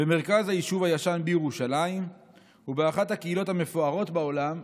במרכז היישוב הישן בירושלים ובאחת הקהילות המפוארות בעולם,